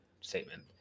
statement